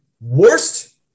worst